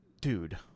dude